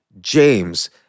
James